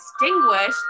extinguished